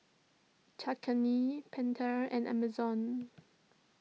Cakenis Pentel and Amazon